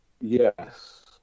yes